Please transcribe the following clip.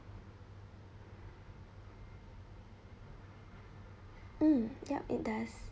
mm yup it does